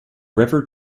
river